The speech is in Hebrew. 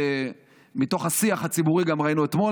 מתוך השיח הציבורי ראינו אתמול